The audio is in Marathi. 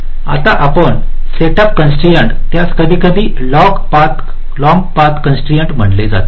आता आपण सेटअप कॉन्स्ट्राइन्ट त्यास कधीकधी लॉंग पाथ कॉन्स्ट्राइन्ट म्हटले जाते